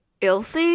Ilse